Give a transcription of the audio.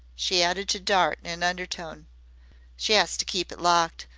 she added to dart in an undertone she as to keep it locked.